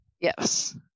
yes